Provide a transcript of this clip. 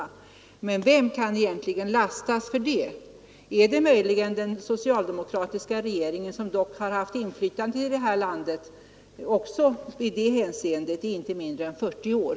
— och undrade vem som egentligen kan lastas för dem, vill jag fråga honom: Kan det möjligen vara den socialdemokratiska regeringen, som dock har haft inflytande i det här landet också i det hänseendet under inte mindre än 40 år?